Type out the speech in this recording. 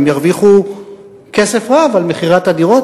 הם ירוויחו כסף רב על מכירת הדירות.